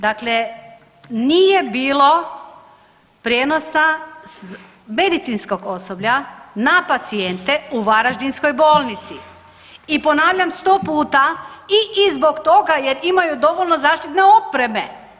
Dakle nije bilo prijenosa medicinskog osoblja na pacijente u varaždinskoj bolnici i ponavljam 100 puta i i zbog toga jer imaju dovoljno zaštitne opreme.